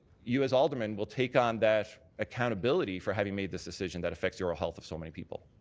you as aldermen will take on that accountability for having made this decision that affects the oral health of so many people.